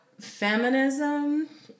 feminism